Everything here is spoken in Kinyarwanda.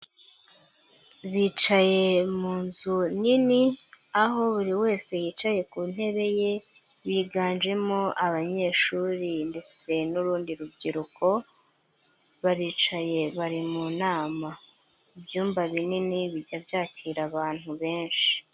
Bicaye mu nzu nini, aho buri wese yicaye ku ntebe ye, biganjemo abanyeshuri ndetse n'urundi rubyiruko, baricaye, bari mu nama. Ibyumba binini bijya byakira abantu benshi.